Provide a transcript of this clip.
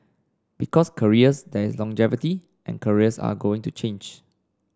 because careers there is longevity and careers are going to change